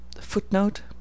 Footnote